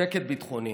שקט ביטחוני